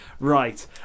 Right